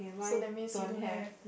so that means you don't have